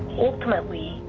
ultimately,